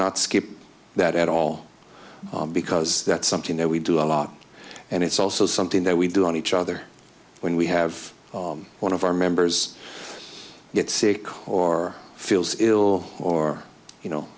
not skip that at all because that's something that we do a lot and it's also something that we do on each other when we have one of our members get sick or feels ill or you know